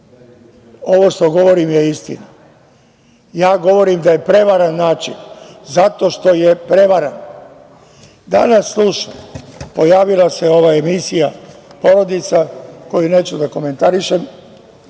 ovo što govorim je istina. Ja govorim da je prevaren način, zato što je prevaren. Danas slušam, pojavila se ova emisija „Porodica“ koju neću da komentarišem